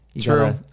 True